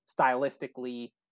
stylistically